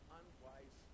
unwise